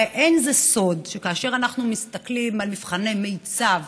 הרי אין זה סוד שכאשר אנחנו מסתכלים על מבחני מיצ"ב,